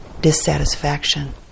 dissatisfaction